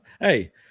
Hey